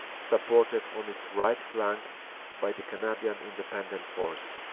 supported on its right flank by the canadian independent force.